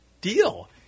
deal